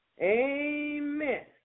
Amen